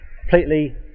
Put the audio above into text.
completely